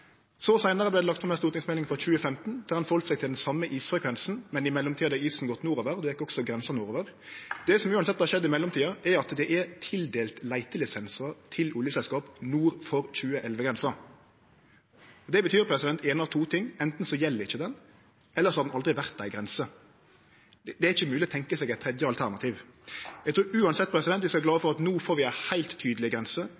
Seinare vart det lagt fram ei stortingsmelding i 2015, der ein heldt seg til den same isfrekvensen, men i mellomtida hadde isen gått nordover, og då gjekk også grensa nordover. Det som uansett har skjedd i mellomtida, er at det er tildelt leitelisensar til oljeselskap nord for 2011-grensa. Det betyr ein av to ting: Anten så gjeld ho ikkje, eller så har ho aldri vore ei grense. Det er ikkje mogleg å tenkje seg eit tredje alternativ. Eg trur uansett vi skal vere glade for at vi no får ei heilt tydeleg grense.